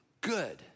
good